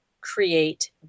create